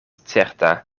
certa